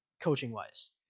coaching-wise